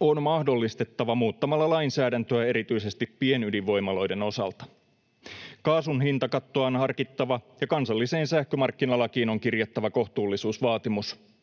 on mahdollistettava muuttamalla lainsäädäntöä erityisesti pienydinvoimaloiden osalta. Kaa-sun hintakattoa on harkittava, ja kansalliseen sähkömarkkinalakiin on kirjattava kohtuullisuusvaatimus.